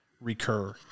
recur